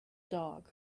dog